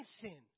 sin